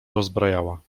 rozbrajała